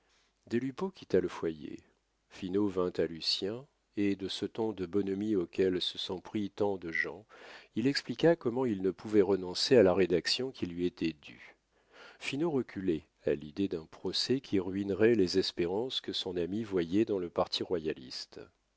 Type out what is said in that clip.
lupeaulx quitta le foyer finot vint à lucien et de ce ton de bonhomie auquel se sont pris tant de gens il expliqua comment il ne pouvait renoncer à la rédaction qui lui était due finot reculait à l'idée d'un procès qui ruinerait les espérances que son ami voyait dans le parti royaliste